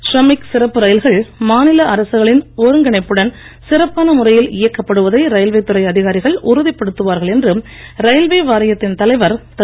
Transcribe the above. ஷ்ரமிக் சிறப்பு ரயில்கள் மாநில அரசுகளின் ஒருங்கிணைப்புடன் சிறப்பான முறையில் இயக்கப்படுவதை ரயில்வே துறை அதிகாரிகள் உறுதிப்படுத்துவார்கள் என்று ரயில்வே வாரியத்தின் தலைவர் திரு